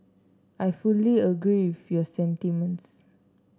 I fully agree your sentiments